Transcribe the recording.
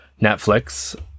Netflix